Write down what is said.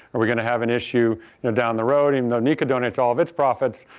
are we going to have an issue you know down the road. even though nika donates all of its profits,